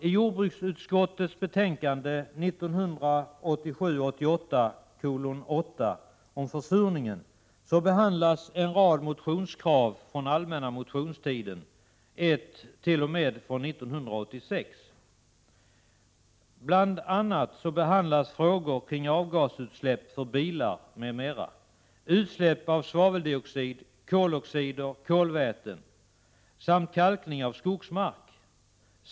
I jordbruksutskottets betänkande 1987/88:8 om försurningen behandlas en rad motionskrav från allmänna motionstiden, t.o.m. ett från 1986. Bl.a. behandlas frågor kring avgasutsläpp från bilar, utsläpp av svaveldioxid, koloxider, kolväten samt kalkning av skogsmark.